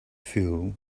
feel